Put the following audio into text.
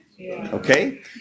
okay